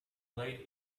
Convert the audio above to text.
late